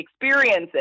experiences